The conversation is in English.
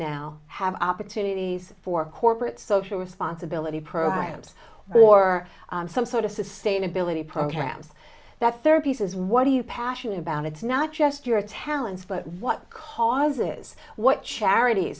now have opportunities for corporate social responsibility programs or some sort of sustainability programs that syrupy says what are you passionate about it's not just your talents but what causes what charities